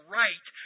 right